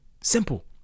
simple